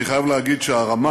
אני חייב להגיד שהרמה